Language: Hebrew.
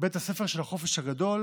בית הספר של החופש הגדול